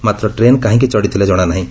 ମାତ୍ର ଟ୍ରେନ୍ କାହିଁକି ଚଢିଥିଲେ ଜଣା ନାହିଁ